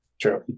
True